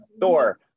Thor